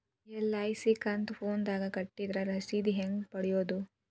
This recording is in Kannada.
ಎಲ್.ಐ.ಸಿ ಕಂತು ಫೋನದಾಗ ಕಟ್ಟಿದ್ರ ರಶೇದಿ ಹೆಂಗ್ ಪಡೆಯೋದು?